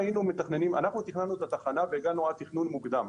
אנחנו תכננו את התחנה והגענו עד תכנון מוקדם,